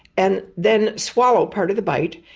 and then swallow part of the bite,